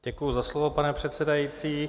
Děkuji za slovo, pane předsedající.